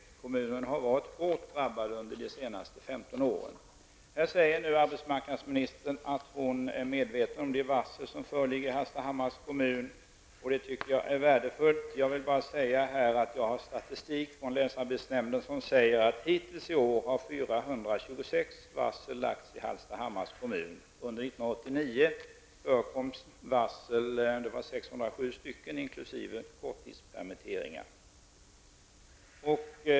Hallstahammars kommun har varit hårt drabbad under de senaste 15 åren. Här säger nu arbetsmarknadsministern att hon är medveten om de varsel som föreligger i Hallstahammars kommun. Det tycker jag är värdefullt. Enligt den statistik jag har fått från länsarbetsnämnden har hittills i år 426 varsel lagts i Hallstahammars kommun. Under 1989 var det 607 inkl. korttidspermitteringar.